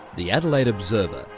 the adelaide observer,